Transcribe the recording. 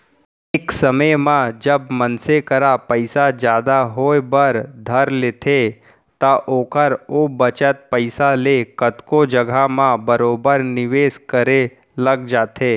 एक समे म जब मनसे करा पइसा जादा होय बर धर लेथे त ओहर ओ बचत पइसा ले कतको जघा म बरोबर निवेस करे लग जाथे